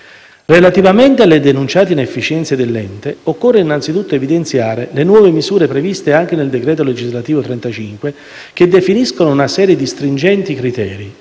Relativamente alle denunciate inefficienze dell'ente, occorre innanzitutto evidenziare le nuove misure previste anche nel decreto legislativo n. 35, che definiscono una serie di stringenti criteri,